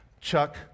Chuck